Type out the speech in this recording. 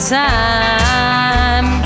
time